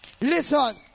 Listen